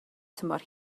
tymor